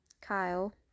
Kyle